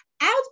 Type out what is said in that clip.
Out